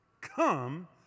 come